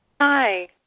Hi